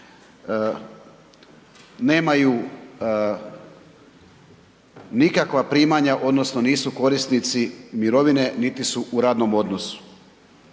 nemaju nikakva primanja, odnosno nisu korisnici mirovine niti su u radnom odnosu.